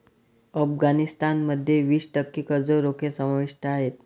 अफगाणिस्तान मध्ये वीस टक्के कर्ज रोखे समाविष्ट आहेत